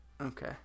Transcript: Okay